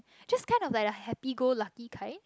just kind of like a happy go lucky kind